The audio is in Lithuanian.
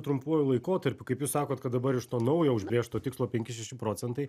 trumpuoju laikotarpiu kaip jūs sakot kad dabar iš to naujo užbrėžto tikslo penki šeši procentai